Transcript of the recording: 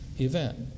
event